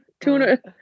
Tuna